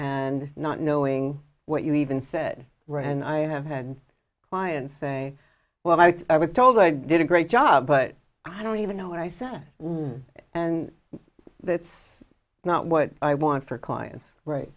and not knowing what you even said right and i have had clients say well i was told i did a great job but i don't even know what i said and that's not what i want for clients right